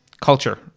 culture